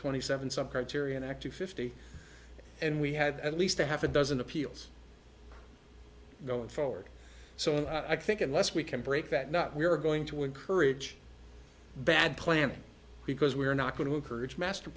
twenty seven some criterion act of fifty and we had at least a half a dozen appeals going forward so i think unless we can break that not we are going to encourage bad planning because we are not going to encourage master